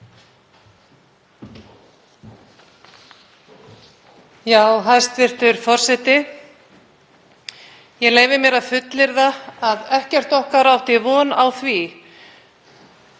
Hæstv. forseti. Ég leyfi mér að fullyrða að ekkert okkar átti von á því